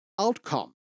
outcome